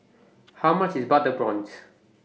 How much IS Butter Prawns